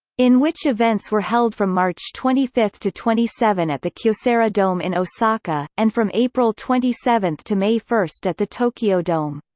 in which events were held from march twenty five to twenty seven at the kyocera dome in osaka, and from april twenty seven to may one at the tokyo dome.